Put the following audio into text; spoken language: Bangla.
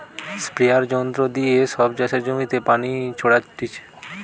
স্প্রেযাঁর যন্ত্র দিয়ে সব চাষের জমিতে পানি ছোরাটিছে